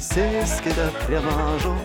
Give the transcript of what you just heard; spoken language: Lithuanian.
sėskite prie mažo